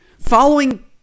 Following